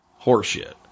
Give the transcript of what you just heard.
Horseshit